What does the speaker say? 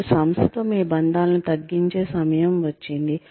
ఇప్పుడు సంస్థతో మీ బంధాలను తగ్గించే సమయం వచ్చింది